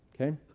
Okay